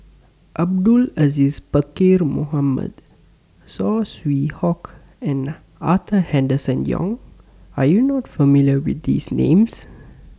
Abdul Aziz Pakkeer Mohamed Saw Swee Hock and Arthur Henderson Young Are YOU not familiar with These Names